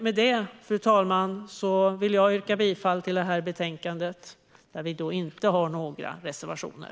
Med detta, fru talman, vill jag yrka bifall till utskottets förslag i betänkandet, där vi inte har några reservationer.